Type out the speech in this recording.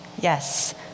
Yes